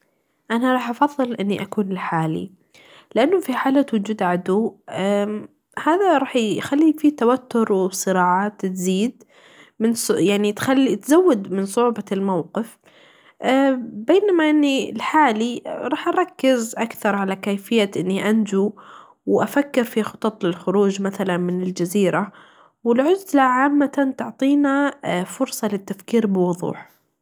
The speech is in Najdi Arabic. أنا راح أفظل أني أكون لحالي ، لأنو في حاله وچود عدو أ هذا راح يخلي في توتور وصراعات تزيد تزود من صعوبة الموقف ، بينما أني لحالي راح أركز أكثر علي كيفية أني أنچو وأفكر في خطط للخروچ مثلاً من الچزيره ، والعزله عامتا تعطينا فرصه للتفكير بوضوح.